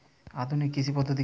আধুনিক কৃষি পদ্ধতি কী?